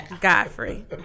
Godfrey